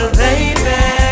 baby